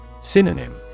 Synonym